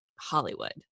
Hollywood